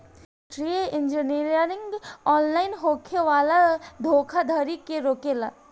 वित्तीय engineering online होखे वाला धोखाधड़ी के रोकेला